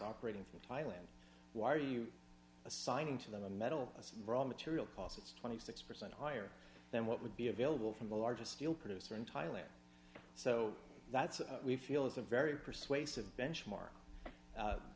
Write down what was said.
operating from thailand why are you assigning to them metal as raw material costs twenty six percent higher than what would be available from the largest steel producer in thailand so that's a we feel it's a very persuasive benchmark